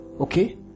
Okay